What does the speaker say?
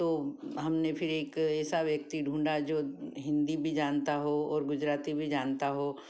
तो हमने फिर एक ऐसा व्यक्ति ढूँढा जो हिंदी भी जानता हो और गुजराती भी जानता हो